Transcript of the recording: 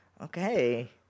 okay